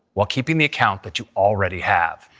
while keeping the account that you already have.